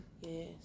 Yes